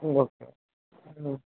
okay